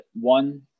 one